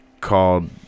called